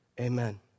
Amen